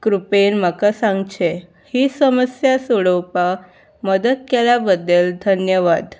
कृपेन म्हाका सांगचें ही समस्या सोडोवपाक मदत केल्या बद्दल धन्यवाद